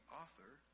author